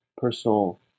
personal